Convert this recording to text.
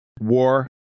war